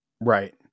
right